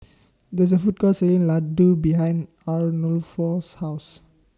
There IS A Food Court Selling Ladoo behind Arnulfo's House